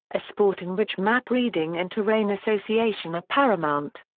a sport in which map reading and terrain association are paramount.